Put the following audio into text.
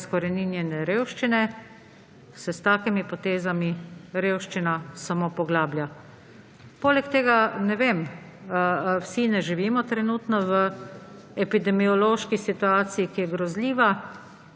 izkoreninjenje revščine, se s takimi potezami revščina samo poglablja. Poleg tega, ne vem, vsi ne živimo trenutno v epidemiološki situaciji, ki je grozljiva